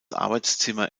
arbeitszimmer